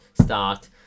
start